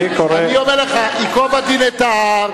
אני אומר לך, ייקוב הדין את ההר.